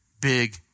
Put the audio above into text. big